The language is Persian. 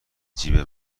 جیب